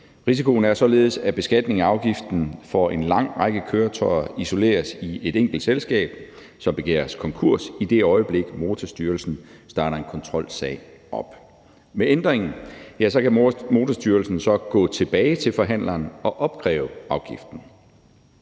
Risikoen er således, at beskatningen af afgiften for en lang række køretøjer isoleres i et enkelt selskab, som begæres konkurs, i det øjeblik Motorstyrelsen starter en kontrolsag op. Med ændringen kan Motorstyrelsen så gå tilbage til forhandleren og opkræve afgiften.